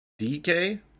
DK